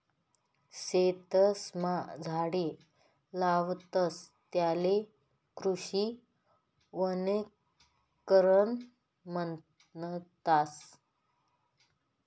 शेतसमा झाडे लावतस त्याले कृषी वनीकरण म्हणतस